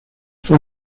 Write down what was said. fue